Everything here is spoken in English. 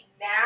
now